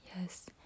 Yes